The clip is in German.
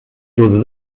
dose